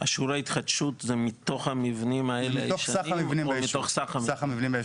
ההתחדשות זה מתוך סך המבנים הישנים או מתוך סך כל המבנים?